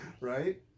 Right